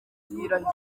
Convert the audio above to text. gihirahiro